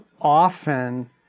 often